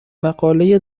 مقاله